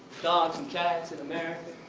dogs and cats in america.